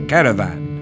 Caravan